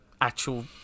actual